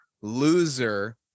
loser